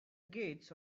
gates